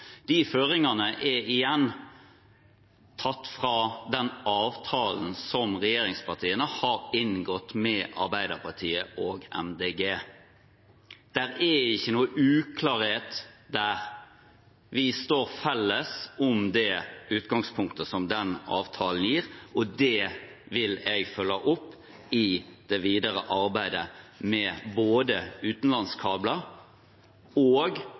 De føringene er igjen tatt fra den avtalen som regjeringspartiene har inngått med Arbeiderpartiet og Miljøpartiet De Grønne. Det er ikke noen uklarhet der. Vi står sammen om det utgangspunktet som den avtalen gir, og det vil jeg følge opp i det videre arbeidet både med utenlandskabler og